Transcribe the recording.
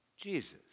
Jesus